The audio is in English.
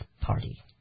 Party